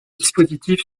dispositif